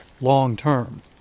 long-term